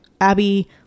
Abby